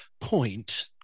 point